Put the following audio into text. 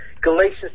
Galatians